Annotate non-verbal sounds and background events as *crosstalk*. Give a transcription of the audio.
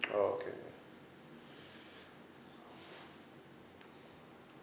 oh okay *breath*